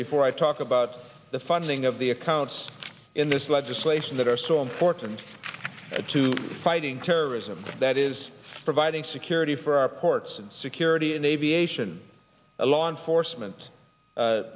before i talk about the funding of the accounts in this legislation that are so important to fighting terrorism that is providing security for our ports and security an aviation a law enforcement